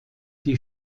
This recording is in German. die